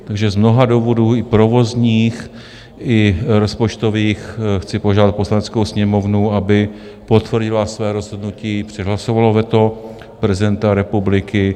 Takže z mnoha důvodů provozních i rozpočtových chci požádat Poslaneckou sněmovnu, aby potvrdila své rozhodnutí a přehlasovala veto prezidenta republiky.